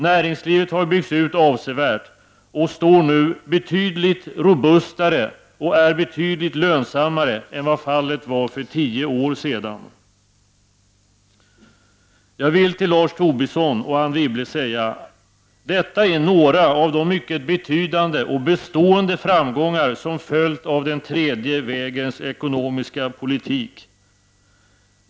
Näringslivet har byggts ut avsevärt och är nu betydligt lönsammare och robustare än vad fallet var för tio år sedan. Jag vill till Lars Tobisson och Anne Wibble säga: Detta är några av de mycket betydande och bestående framgångar som följt av den tredje vägens ekonomiska politik.